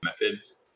methods